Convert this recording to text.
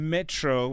Metro